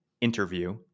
interview